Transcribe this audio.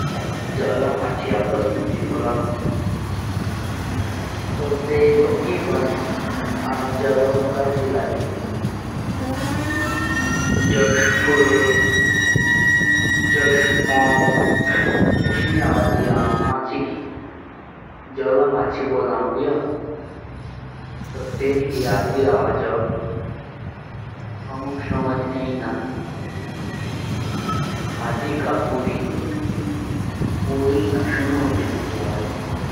जोला मछी आपस मुञ्झ भी बोलाऊँ तो से ओलोग ओलोग परकार की आवाजो हरोन गड्डी लगी। और जब मछी बोलाऊँ भी ओ तो तेणुकी जो से बलाऊँ से समझ मुञ्झ भी किछ ना आउन।